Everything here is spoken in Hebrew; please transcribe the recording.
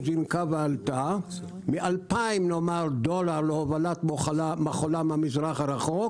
זינקה ועלתה מ-2,000 דולר להובלת מכולה מהמזרח הרחוק